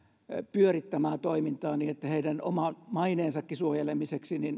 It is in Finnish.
pyörittämää toimintaa että heidän oman maineensakin suojelemiseksi